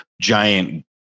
giant